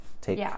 take